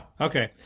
Okay